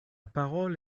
parole